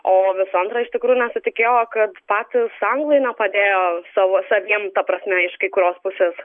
o visų antra iš tikrųjų nesitikėjo kad patys anglai nepadėjo savo saviem ta prasme iš kai kurios pusės